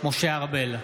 משה ארבל,